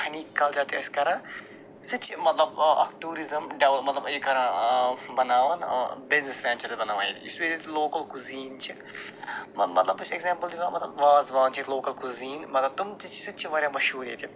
honey culture تہِ أسۍ کَران سُہ تہِ چھِ مطلب آ اکھ ٹورِزٕم ڈٮ۪و مطلب یہِ کَران بناوان بِزنِس وٮ۪نٛچرٕس بناوان ییٚتہِ یُس بیٚیہِ لوکل کُزیٖن چھِ مطلب بہٕ چھُس اٮ۪کزیمپٕل دِوان مطلب وازوان چھِ ییٚتہِ لوکل کُزیٖن مطلب تِم تہِ چھِ سُہ تہِ چھِ وارِیاہ مشہوٗر ییٚتہِ